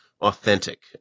authentic